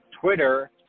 Twitter